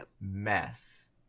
mess